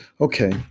Okay